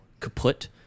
kaput